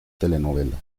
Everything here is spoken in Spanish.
telenovela